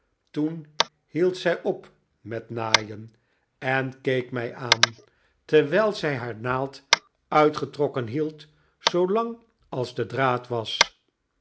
toen hield zij op david copperfield met naaien en keek mij aan terwijl zij haar naald uitgetrokken hield zoolang als de draad was